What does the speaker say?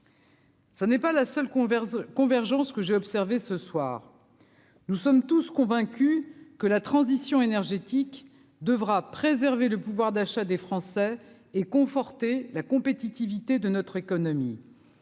ça n'est pas la seule convergence : convergence que j'ai observé ce soir, nous sommes tous convaincus que la transition énergétique devra préserver le pouvoir d'achat des Français et conforter la compétitivité de notre économie